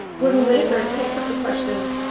gordon whitaker takes up the question